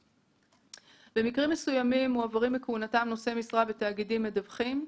במקרים מסוימים מועברים מכהונתם נושאי משרה בתאגידים מדווחים.